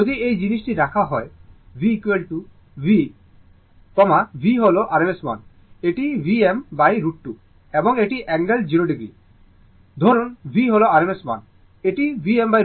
যদি এই জিনিসটি রাখা হয় V V V হল rms মান এটিVm√ 2 এবং এটি অ্যাঙ্গেল 0o হওয়া উচিত ধরুন V হল rms মান